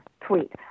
tweet